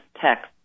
text